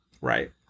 Right